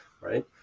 right